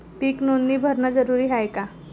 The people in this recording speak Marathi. पीक नोंदनी भरनं जरूरी हाये का?